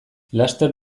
laster